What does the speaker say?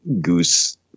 Goose